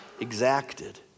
exacted